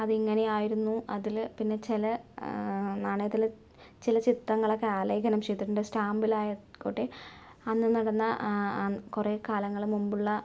അതിങ്ങനെ ആയിരുന്നു അതില് പിന്നെ ചില നാണയത്തില് ചില ചിത്രങ്ങളൊക്കെ ആലേഖനം ചെയ്തിട്ടുണ്ട് സ്റ്റാമ്പിലായ്ക്കോട്ടെ അന്ന് നടന്ന കുറെ കാലങ്ങള് മുമ്പുള്ള